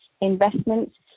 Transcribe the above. investments